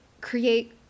create